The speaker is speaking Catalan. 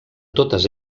totes